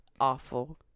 awful